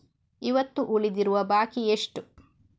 ಇವತ್ತು ಉಳಿದಿರುವ ಬಾಕಿ ಎಷ್ಟು?